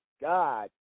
God